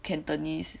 Cantonese